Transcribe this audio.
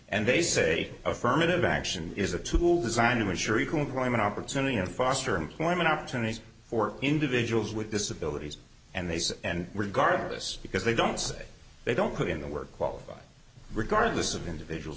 and they say affirmative action is a tool designed to ensure equal employment opportunity and foster employment opportunities for individuals with disabilities and they say and regardless because they don't say they don't put in the work qualified regardless of individual